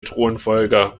thronfolger